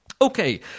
Okay